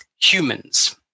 humans